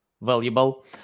valuable